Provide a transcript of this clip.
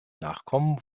nachkommen